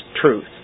truth